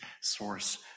source